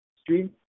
stream